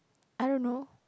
I don't know